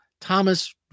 Thomas